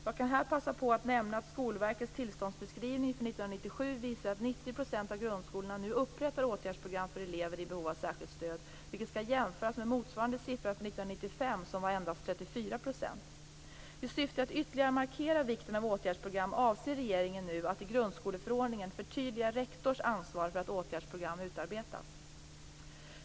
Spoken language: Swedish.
Jag kan här passa på att nämna att Skolverkets tillståndsbeskrivning för 1997 visar att 90 % av grundskolorna nu upprättar åtgärdsprogram för elever i behov av särskilt stöd, vilket skall jämföras med motsvarande siffra för 1995 som var endast 34 %. I syfte att ytterligare markera vikten av åtgärdsprogram avser regeringen nu att i grundskoleförordningen förtydliga rektors ansvar för att åtgärdsprogram utarbetas.